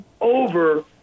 over